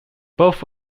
both